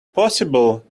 possible